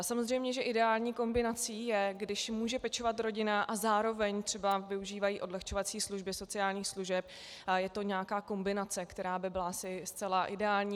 Samozřejmě že ideální kombinací je, když může pečovat rodina a zároveň třeba využívají odlehčovací služby sociálních služeb a je to nějaká kombinace, která by byla asi zcela ideální.